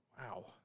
Wow